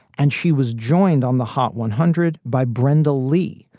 and she was joined on the hot one hundred by brenda lee,